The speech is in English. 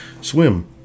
swim